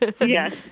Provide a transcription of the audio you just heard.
Yes